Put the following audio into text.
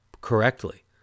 correctly